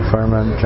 Fireman